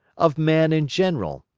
of man in general,